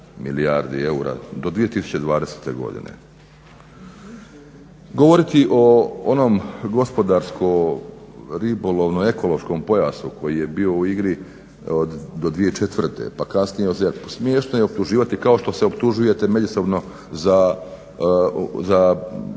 milijardi eura do 2020. godine. Govoriti o onom gospodarsko-ribolovno ekološkom pojasu koji je bio u igri do 2004. pa kasnije o ZERP-u, smiješno je optuživati kao što se optužujete međusobno za